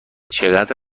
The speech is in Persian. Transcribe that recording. چقدر